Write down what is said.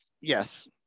yes